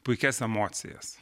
puikias emocijas